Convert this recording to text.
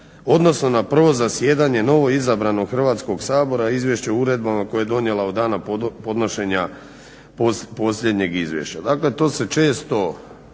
Odnosno, na prvo zasjedanje novoizabranog Hrvatskog sabora, a izvješće o uredbama koje je donijela od dana podnošenja posljednjeg izvješća. Dakle, to se često